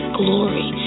glory